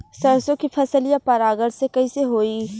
सरसो के फसलिया परागण से कईसे होई?